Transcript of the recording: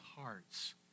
hearts